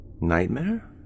nightmare